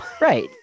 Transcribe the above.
Right